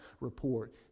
report